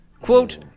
quote